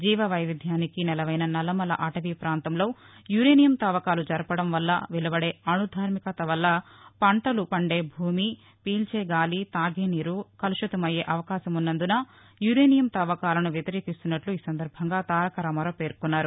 జీవవైవిధ్యానికి నెలవైన నల్లమల అటవీ ప్రాంతంలో యురేనియం తవ్వకాలు జరపడం వల్ల వెలువడే అణుధార్మికత వల్ల పంటలు పందే భూమి పీల్చే గాలి తాగే నీరు కాలుష్యమయ్యే అవకాశమున్నందున యురేనియం తవ్వకాలను వ్యతిరేకిస్తున్నట్లు ఈసందర్బంగా తారకరామారావు పేర్కొన్నారు